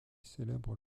célèbrent